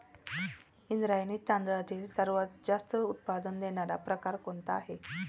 इंद्रायणी तांदळामधील सर्वात जास्त उत्पादन देणारा प्रकार कोणता आहे?